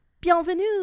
Bienvenue